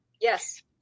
yes